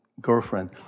girlfriend